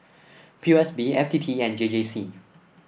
P O S B F T T and J J C